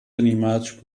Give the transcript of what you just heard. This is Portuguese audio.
animados